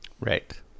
Right